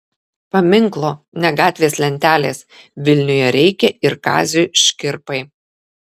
paminklo ne gatvės lentelės vilniuje reikia ir kaziui škirpai